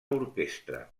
orquestra